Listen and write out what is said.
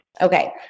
Okay